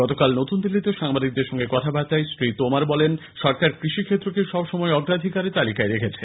গতকাল নতুন দিল্লিতে সাংবাদিকদের সঙ্গে কথাবার্তায় শ্রী তোমর বলেন সরকার কৃষিক্ষেত্রকে সবসময়ই অগ্রাধিকারের তালিকায় রেখেছে